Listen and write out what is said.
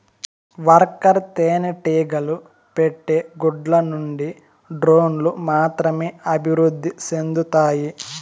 worker తేనెటీగలు పెట్టే గుడ్ల నుండి డ్రోన్లు మాత్రమే అభివృద్ధి సెందుతాయి